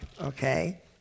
okay